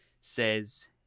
says